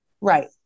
Right